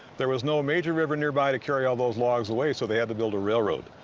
there was no major river near by to carry all those logs away so they have to build a railroad.